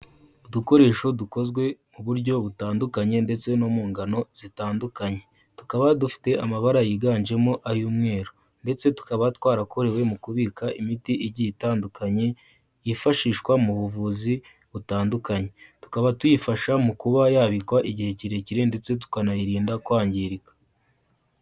Udukoresho dukozwe mu buryo butandukanye ndetse no mu ngano zitandukanye, tukaba dufite amabara yiganjemo ay'umweru ndetse tukaba twarakorewe mu kubika imiti igiye itandukanye yifashishwa mu buvuzi butandukanye, tukaba tuyifasha mu kuba yabikwa igihe kirekire ndetse tukanayirinda kwangirika.